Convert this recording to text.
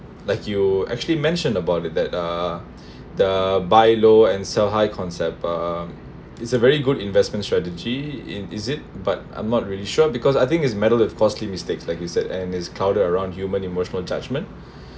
like you actually mentioned about it that uh the buy low and sell high concept uh it's a very good investment strategy in is it but I'm not really sure because I think is matter with costly mistakes like you said and it's crowded around human emotional judgement